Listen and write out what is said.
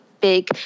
big